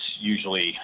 usually